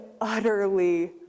utterly